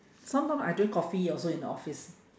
sometime I drink coffee also in the office